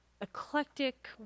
eclectic